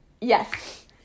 Yes